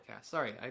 Sorry